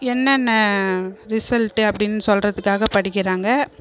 என்னென்ன ரிசல்ட்டு அப்படின்னு சொல்கிறதுக்காக படிக்கிறாங்க